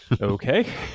Okay